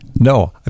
No